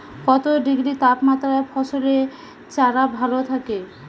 কত ডিগ্রি তাপমাত্রায় ফসলের চারা ভালো থাকে?